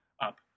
up